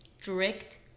strict